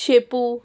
शेपू